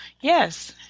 Yes